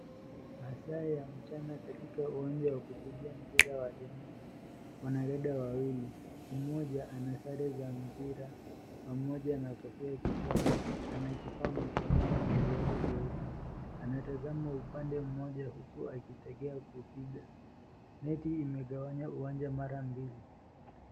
Masaa ya mchana katika uwanja wa kupiga mpira wa tenisi . Wanadada wawili. Mmoja ana sare za mpira pamoja na kofia kichwani. Ana kifaa mkononi na viatu vyeupe. Anatazama upande mmoja huku akitegea kupiga. Neti imegawanya uwanja mara mbili.